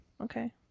Okay